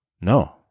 No